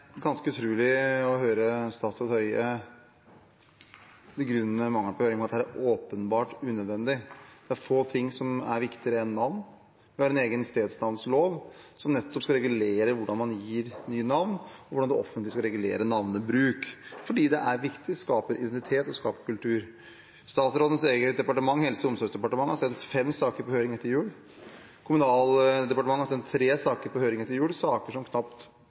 ganske utrolig å høre statsråd Høie begrunne mangel på høring med at dette åpenbart er unødvendig. Det er få ting som er viktigere enn navn. Vi har en egen stedsnavnlov som nettopp skal regulere hvordan man gir nye navn, og hvordan det offentlige skal regulere navnebruk, fordi det er viktig, det skaper identitet, og det skaper kultur. Statsrådens eget departement, Helse- og omsorgsdepartementet, har sendt fem saker på høring etter jul. Kommunaldepartementet har sendt tre saker på høring etter jul, saker som store deler av befolkningen knapt